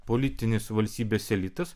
politinis valstybės elitas